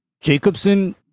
Jacobson